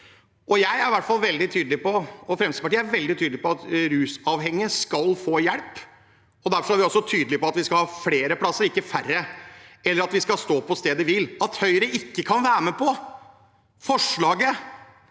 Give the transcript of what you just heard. Fremskrittspartiet og jeg er veldig tydelige på at rusavhengige skal få hjelp. Derfor er vi også tydelige på at vi skal ha flere plasser, ikke færre eller stå på stedet hvil. At Høyre ikke kan være med på forslaget